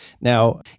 Now